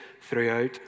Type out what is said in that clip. throughout